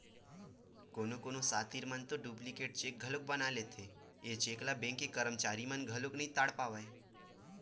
कोनो कोनो सातिर मन तो डुप्लीकेट चेक घलोक बना लेथे, ए चेक ल बेंक के करमचारी मन घलो नइ ताड़ पावय